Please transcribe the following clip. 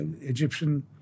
Egyptian